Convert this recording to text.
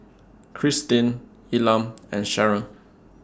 Kristyn Elam and Sharon